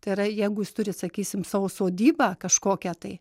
tai yra jeigu jis turi sakysim savo sodybą kažkokią tai